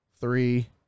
three